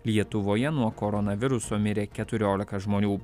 lietuvoje nuo koronaviruso mirė keturiolika žmonių